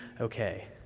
okay